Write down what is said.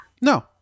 No